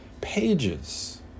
pages